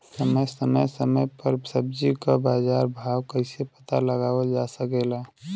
समय समय समय पर सब्जी क बाजार भाव कइसे पता लगावल जा सकेला?